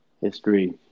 history